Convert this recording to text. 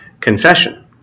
confession